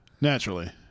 naturally